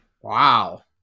Wow